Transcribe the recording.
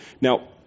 Now